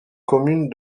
commune